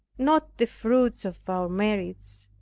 not the fruits of our merits.